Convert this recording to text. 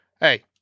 Hey